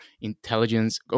intelligence